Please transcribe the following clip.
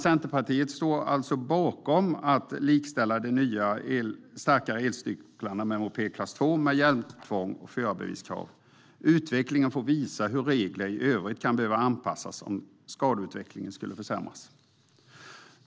Centerpartiet står bakom att likställa de nya starkare elcyklarna med moped klass II med hjälmtvång och förarbeviskrav. Utvecklingen får visa hur regler i övrigt kan behöva anpassas om skadeutvecklingen försämras.